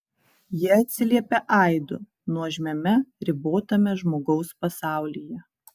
jie atsiliepia aidu nuožmiame ribotame žmogaus pasaulyje